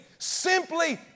simply